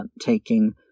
taking